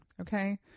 Okay